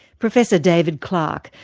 professor david clark,